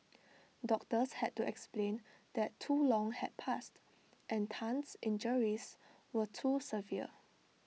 doctors had to explain that too long had passed and Tan's injuries were too severe